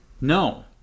No